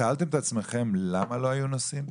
שאלתם את עצמכם למה לא היו נוסעים?